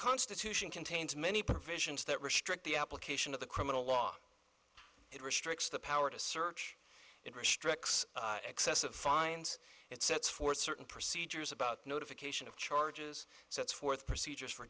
constitution contains many provisions that restrict the application of the criminal law it restricts the power to search it restricts excessive fines it sets forth certain procedures about notification of charges sets forth procedures for